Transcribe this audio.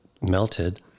melted